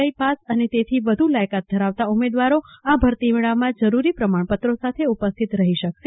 આઈ pass અને તેથી વધુ લાયકાત ધરાવતા ઉમેદવારો આ ભરતી મેળામાં જરૂરી પ્રમાણપત્રો સાથે ઉપસ્થિત રહી શકશે